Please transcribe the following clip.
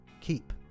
keep